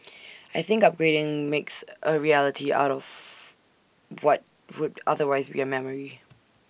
I think upgrading makes A reality out of what would otherwise be A memory